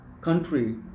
country